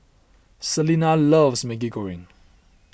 Celena loves Maggi Goreng